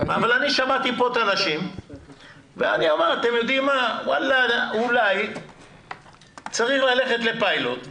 אני שמעתי כאן את הנשים ואני אומר שאולי צריך ללכת לפיילוט.